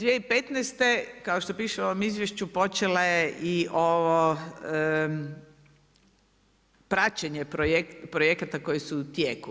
2015. kao što piše u ovom izvješću počela je i ovo praćenje projekata koji su u tijeku.